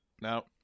no